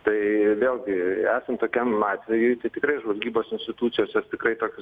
tai vėlgi esant tokiam atvejui tai tikrai žvalgybos institucijos ar tikrai tokios